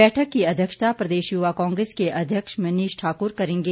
बैठक की अध्यक्षता प्रदेश युवा कांग्रेस के अध्यक्ष मनीष ठाकुर करेंगे